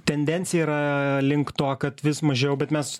tendencija yra link to kad vis mažiau bet mes